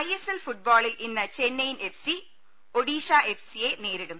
I S L ഫുട്ബോളിൽ ഇന്ന് Chennaiyin F C Odisha F സിയെ നേരിടും